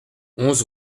onze